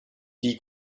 die